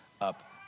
up